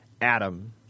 Adam